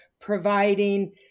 providing